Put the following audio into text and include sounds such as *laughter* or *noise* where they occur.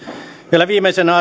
vielä viimeisenä *unintelligible*